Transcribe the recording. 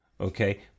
okay